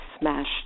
smashed